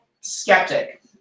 skeptic